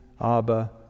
Abba